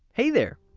hey there!